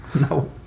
No